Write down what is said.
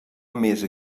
més